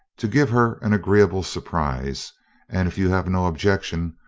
to give her an agreeable surprise and if you have no objection,